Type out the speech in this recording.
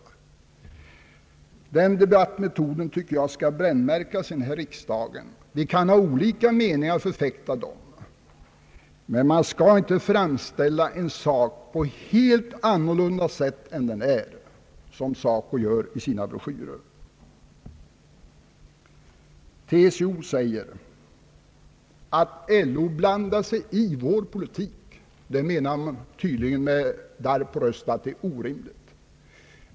Jag tycker att den debattmetoden skall brännmärkas i riksdagen. Vi kan förfäkta olika meningar, men man skall inte framställa en sak på ett helt annat sätt än den är, vilket SACO gör i sina broschyrer. TCO säger att LO blandar sig i TCO:s politik. Man menar tydligen med darr på rösten att detta är orimligt.